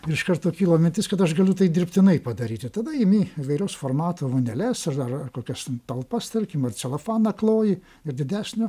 ir iš karto kilo mintis kad aš galiu tai dirbtinai padaryti tada imi įvairaus formato voneles ar dar kokias talpas tarkim ar celofaną kloji ir didesnio